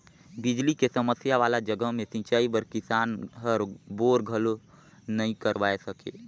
बिजली के समस्या वाला जघा मे सिंचई बर किसान हर बोर घलो नइ करवाये सके